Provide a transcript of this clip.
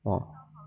!wah!